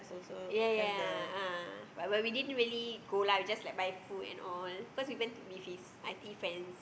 ya ya ah but we didn't really go lah we just like buy food and all cause we went to with his I_T friends